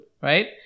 right